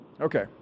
Okay